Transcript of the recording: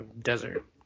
desert